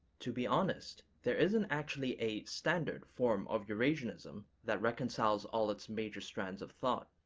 to be honest, there isn't actually a standard form of eurasianism that reconciles all its major strands of thought.